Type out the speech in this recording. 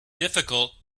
difficult